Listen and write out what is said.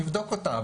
נבדוק אותה.